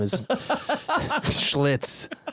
schlitz